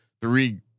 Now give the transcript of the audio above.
three